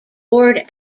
board